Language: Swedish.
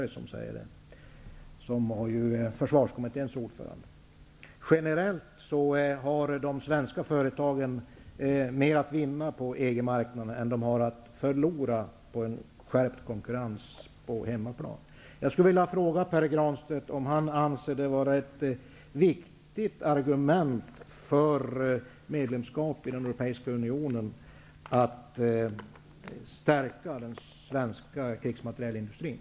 Generellt har de svenska företagen mer att vinna på EG-marknaden än de har att förlora på en skärpt konkurrens på hemmaplan. Jag skulle vilja fråga Pär Granstedt om han anser det vara ett viktigt argument för medlemskap i den europeiska unionen att stärka den svenska krigsmaterielindustrin.